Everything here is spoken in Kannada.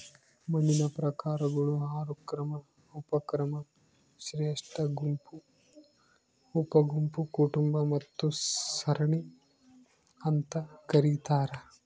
ಮಣ್ಣಿನ ಪ್ರಕಾರಗಳು ಆರು ಕ್ರಮ ಉಪಕ್ರಮ ಶ್ರೇಷ್ಠಗುಂಪು ಉಪಗುಂಪು ಕುಟುಂಬ ಮತ್ತು ಸರಣಿ ಅಂತ ಕರೀತಾರ